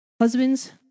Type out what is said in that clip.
Husbands